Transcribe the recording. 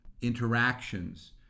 interactions